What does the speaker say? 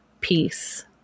peace